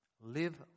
Live